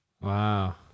Wow